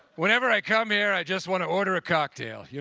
whenever i come here, i just want to order a cocktail, yeah